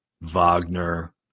Wagner